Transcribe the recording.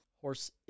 Horse